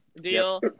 deal